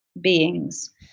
beings